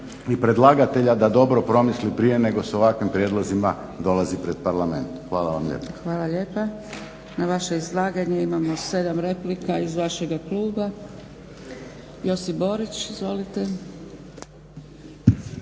i predlagatelja da dobro promisli prije nego sa ovakvim prijedlozima dolazi pred Parlament. Hvala vam lijepa. **Zgrebec, Dragica (SDP)** Hvala lijepa. Na vaše izlaganje imamo 7 replika iz vašega kluba. Josip Borić, izvolite.